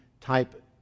type